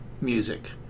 music